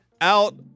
out